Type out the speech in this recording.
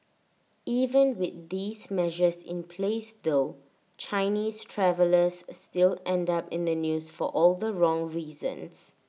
even with these measures in place though Chinese travellers still end up in the news for all the wrong reasons